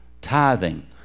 tithing